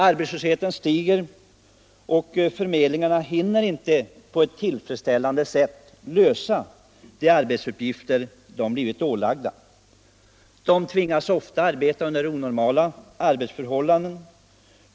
Arbetslösheten stiger och förmedlingarna hinner inte på ett tillfredsställande sätt lösa de arbetsuppgifter som de blivit ålagda. De tvingas ofta arbeta under onormala förhållanden.